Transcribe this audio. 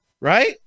Right